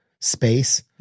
space